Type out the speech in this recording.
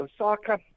Osaka